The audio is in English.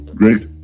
great